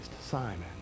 Simon